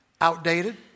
outdated